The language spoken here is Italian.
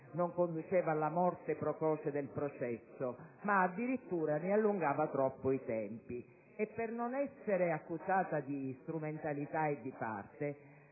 non conduceva alla morte precoce del processo, ma addirittura ne allungava troppo i tempi. Per non essere accusata di strumentalità e di spirito